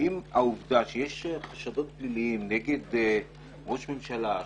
האם העובדה שיש חשדות פליליים נגד ראש ממשלה,